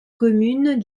communes